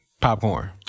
Popcorn